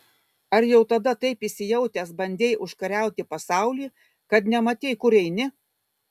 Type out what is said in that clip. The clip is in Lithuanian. ar jau tada taip įsijautęs bandei užkariauti pasaulį kad nematei kur eini